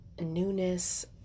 newness